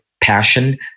passion